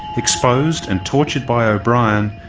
exposed and tortured by o'brien,